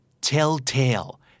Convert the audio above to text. telltale